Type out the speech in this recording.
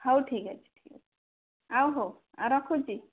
ହଉ ଠିକ୍ ଅଛି ଆଉ ହଉ ରଖୁଛି